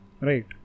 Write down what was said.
Right